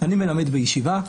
אני מלמד בישיבה.